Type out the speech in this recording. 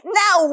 now